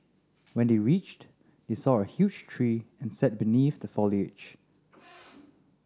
when they reached they saw a huge tree and sat beneath the foliage